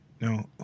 No